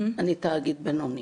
אני תאגיד בינלאומי.